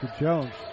Jones